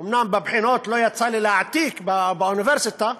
אומנם בבחינות לא יצא לי להעתיק, באוניברסיטה,